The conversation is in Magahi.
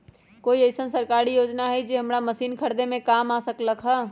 कोइ अईसन सरकारी योजना हई जे हमरा मशीन खरीदे में काम आ सकलक ह?